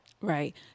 Right